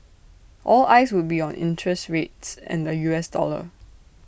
all eyes would be on interest rates and the U S dollar